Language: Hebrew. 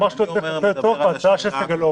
הוא אמר שהוא לא רואה צורך בהצעה של סגלוביץ'.